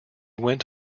went